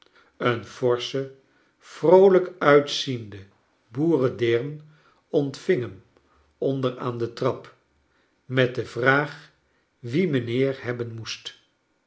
een forsche vroolijk uitziende boexendeem ontving hem onder aan de trap met de vraag wie mijnheer hebben moest